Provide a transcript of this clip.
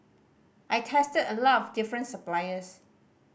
I tested a lot of different suppliers